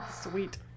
Sweet